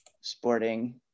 sporting